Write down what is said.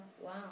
Wow